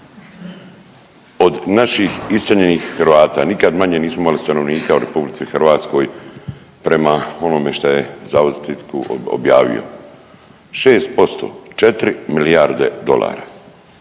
od naših iseljenih Hrvata. Nikad manje nismo imali stanovnika u RH prema onome šta je Zavod za statiku objavio, 6%, 4 milijarde dolara.